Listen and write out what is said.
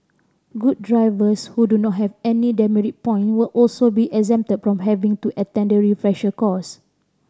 good drivers who do not have any demerit point will also be exempted from having to attend the refresher course